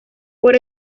por